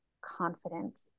confident